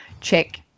check